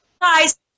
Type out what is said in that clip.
Guys